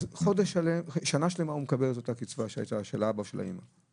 אז שנה שלמה הוא מקבל את אותה קצבה שהייתה של האבא או של האמא,